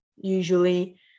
usually